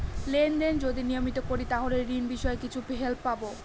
Lane দেন যদি নিয়মিত করি তাহলে ঋণ বিষয়ে কিছু হেল্প পাবো?